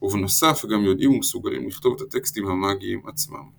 ובנוסף גם יודעים ומסוגלים לכתוב את הטקסטים המאגיים עצמם.